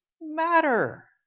matter